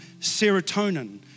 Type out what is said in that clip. serotonin